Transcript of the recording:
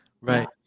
right